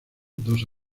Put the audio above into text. dos